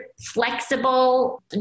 flexible